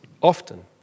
often